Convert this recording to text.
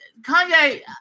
Kanye